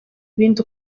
ibindi